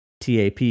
TAP